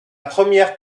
première